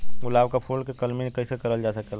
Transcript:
गुलाब क फूल के कलमी कैसे करल जा सकेला?